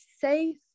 safe